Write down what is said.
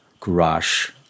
courage